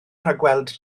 rhagweld